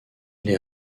les